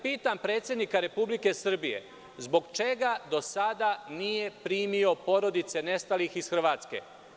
Pitam predsednika Republike Srbije – zbog čega do sada nije primio porodice nestalih iz Hrvatske?